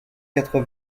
quatre